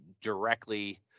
Directly